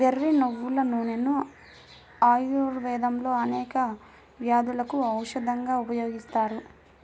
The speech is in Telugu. వెర్రి నువ్వుల నూనెను ఆయుర్వేదంలో అనేక వ్యాధులకు ఔషధంగా ఉపయోగిస్తారు